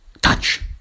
touch